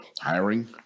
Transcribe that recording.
hiring